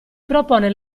propone